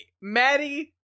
Maddie